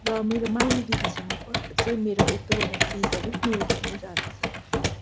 र मेरो माइली दिदीसँग चाहिँ मेरो एक दुइवटा चिजहरू मेल खानु जाँदछ